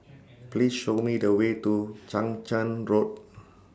Please Show Me The Way to Chang Charn Road